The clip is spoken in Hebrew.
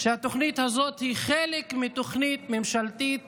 התוכנית הזאת היא חלק מתוכנית ממשלתית